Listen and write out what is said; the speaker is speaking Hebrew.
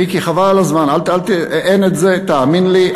מיקי, חבל על הזמן, תאמין לי.